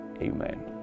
Amen